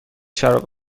شراب